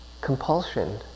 compulsion